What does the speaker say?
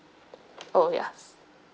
oh ya